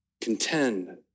Contend